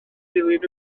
dilyn